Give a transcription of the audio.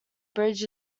bridge